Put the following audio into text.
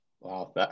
Wow